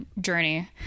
journey